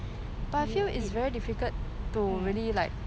mm